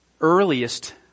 earliest